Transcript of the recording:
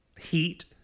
Heat